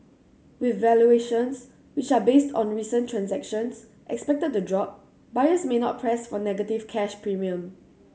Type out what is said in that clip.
with valuations which are based on recent transactions expected to drop buyers may not press for negative cash premium